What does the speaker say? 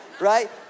right